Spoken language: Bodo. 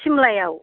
सिमलायाव